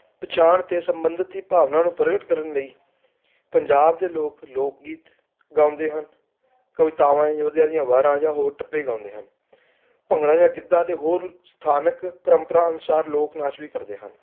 ਪਛਾਣ ਅਤੇ ਸੰਬੰਧਿਤੀ ਭਾਵਨਾ ਨੂੰ ਪ੍ਰਗਟ ਕਰਨ ਲਈ ਪੰਜਾਬ ਦੇ ਲੋਕ ਲੋਕ ਗੀਤ ਗਾਉਂਦੇ ਹਨ ਕਵਿਤਾਵਾਂ ਯੋਧਿਆਂ ਦੀਆਂ ਵਾਰਾਂ ਜਾਂ ਹੋਰ ਟੱਪੇ ਗਾਉਂਦੇ ਹਨ ਭੰਗੜਾ ਯਾਂ ਗਿੱਧਾ ਅਤੇ ਹੋਰ ਸਥਾਨਕ ਪਰੰਪਰਾ ਅਨੁਸਾਰ ਲੋਕ ਨਾਚ ਵੀ ਕਰਦੇ ਹਨ